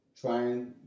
trying